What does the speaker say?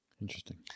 Interesting